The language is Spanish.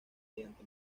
mediante